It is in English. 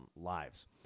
lives